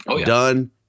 done